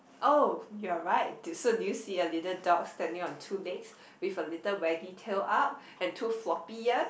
oh you're right do so do you see a little dog standing on two legs with a little waggy tail up and two floppy ears